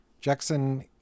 Jackson